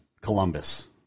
Columbus